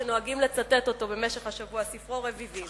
שנוהגים לצטט ממנו במשך השבוע, ספרו "רביבים".